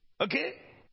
okay